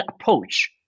approach